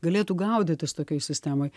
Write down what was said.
galėtų gaudytis tokioj sistemoj